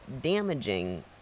damaging